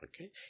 Okay